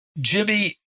Jimmy